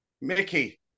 Mickey